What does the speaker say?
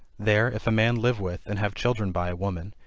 there, if a man live with, and have children by a woman,